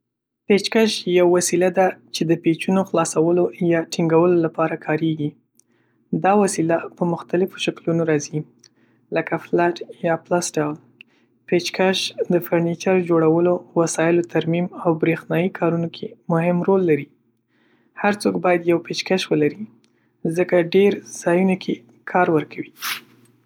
پېچ‌کش یو وسیله ده چې د پېچونو خلاصولو یا ټینګولو لپاره کارېږي. دا وسیله په مختلفو شکلونو راځي، لکه فلټ یا پلس ډول. پېچ‌کش د فرنیچر جوړولو، وسایلو ترمیم، او بریښنایي کارونو کې مهم رول لري. هر څوک باید یو پېچ‌کش ولري، ځکه ډېر ځایونه کې کار ورکوي.